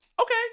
Okay